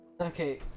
okay